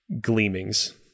gleamings